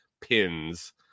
pins